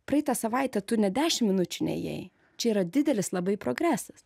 praeitą savaitę tu net dešim minučių nėjai čia yra didelis labai progresas